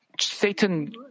Satan